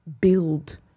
build